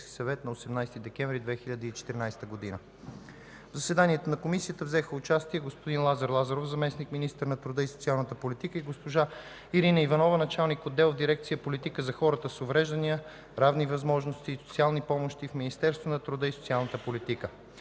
на 18 декември 2014 г. В заседанието на Комисията взеха участие господин Лазар Лазаров – заместник-министър на труда и социалната политика, и госпожа Ирина Иванова – началник отдел в дирекция „Политика за хората с увреждания, равни възможности и социални помощи” в Министерството на труда и социалната политика.